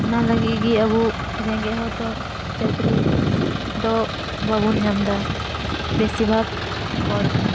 ᱚᱱᱟ ᱞᱟᱹᱜᱤᱫ ᱜᱮ ᱟᱵᱚ ᱨᱮᱜᱮᱡᱽ ᱦᱚᱲ ᱫᱚ ᱪᱟᱹᱠᱨᱤ ᱫᱚ ᱵᱟᱵᱚᱱ ᱧᱟᱢ ᱮᱫᱟ ᱵᱮᱥᱤ ᱵᱷᱟᱜ ᱦᱚᱲᱜᱮ